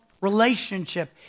relationship